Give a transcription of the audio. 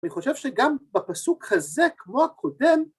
ואני חושב שגם בפסוק הזה כמו הקודם